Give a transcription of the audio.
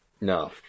No